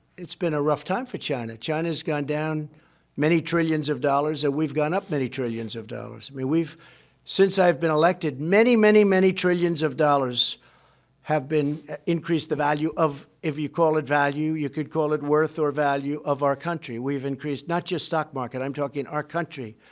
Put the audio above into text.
it's been a rough time for china. china has gone down many trillions of dollars and we've gone up many trillions of dollars. i mean, we've since i've been elected, many, many, many trillions of dollars have been increased the value of if you call it value you could call it worth or value of our country. we've you've increased not just stock market, i'm talking our country.